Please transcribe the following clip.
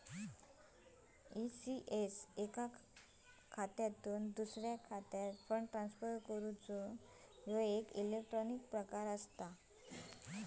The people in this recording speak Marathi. ई.सी.एस एका खात्यातुन दुसऱ्या खात्यात फंड ट्रांसफर करूचो एक इलेक्ट्रॉनिक प्रकार असा